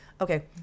Okay